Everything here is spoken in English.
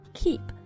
keep